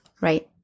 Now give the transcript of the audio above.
right